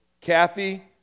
Kathy